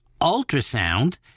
ultrasound